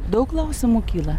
daug klausimų kyla